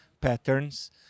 patterns